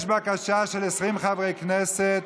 יש בקשה של 20 חברי כנסת